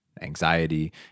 anxiety